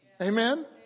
Amen